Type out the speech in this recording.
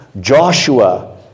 Joshua